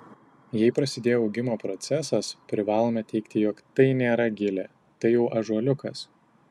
jei prasidėjo augimo procesas privalome teigti jog tai nėra gilė tai jau ąžuoliukas